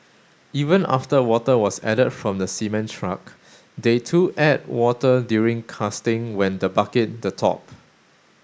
even after water was added from the cement truck they to add water during casting when the bucket the top